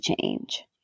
change